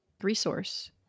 resource